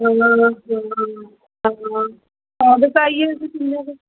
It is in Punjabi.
ਕਦ ਕੁ ਆਈਏ ਅਸੀਂ ਕਿੰਨੇ ਕੁ